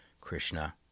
Krishna